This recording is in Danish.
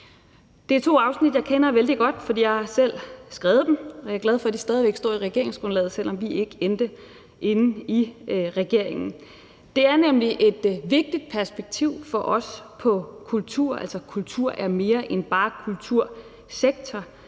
Det er to afsnit, jeg kender vældig godt, for jeg har selv skrevet dem, og jeg er glad for, at de stadig væk står i regeringsgrundlaget, selv om vi ikke endte inde i regeringen. Det er nemlig for os et vigtigt perspektiv på kultur, for kultur er mere end bare en kultursektor.